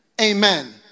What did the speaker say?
Amen